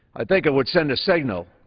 i think it would send a signal.